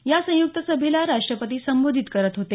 या संयुक्त सभेला राष्ट्रपती संबोधित करत होते